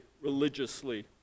religiously